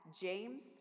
James